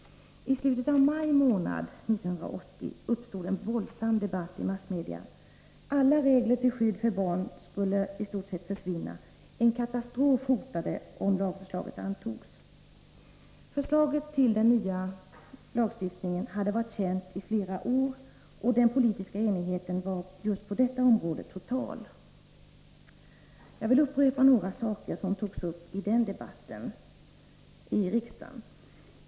I slutet av maj månad 1980 uppstod en våldsam debatt i massmedia. Det hävdades bl.a. att alla regler till skydd för barn i stort sett skulle försvinna och att en katastrof hotade om lagförslaget antogs. Förslaget till ny lagstiftning hade varit känt i flera år, och den politiska enigheten var på just detta område total. 89 Jag vill erinra om några saker som togs upp i debatten i riksdagen.